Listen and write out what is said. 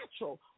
natural